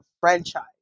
franchise